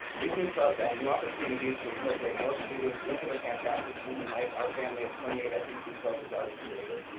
these new clubs add new opportunities to incorporate more students into the fantastic student life our family of twenty eight scc clubs has already created.